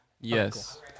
Yes